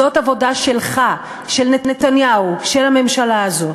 זאת עבודה שלך, של נתניהו, של הממשלה הזאת.